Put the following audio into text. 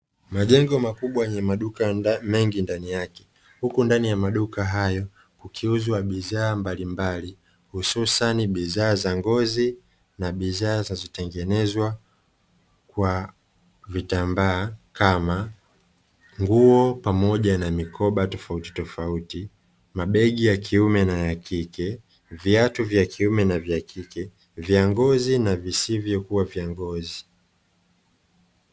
Majengo makubwa yenye maduka mengi ndani yake huku ndani ya maduka hayo kukiuzwa bidhaa mbalimbali hususan bidhaa za ngozi na bidhaa za kutengeneza kwa vitambaa kama nguo pamoja na mikoba tofauti tofauti, mabegi ya kiume na ya kike, viatu vya kiume na vya kike ,vya ngozi na visivyokuwa vya ngozi.